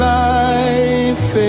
life